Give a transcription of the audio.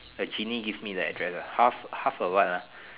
the genie give me the address ah half half a what ah